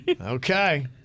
Okay